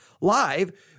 live